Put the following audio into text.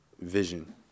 vision